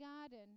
garden